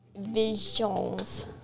Visions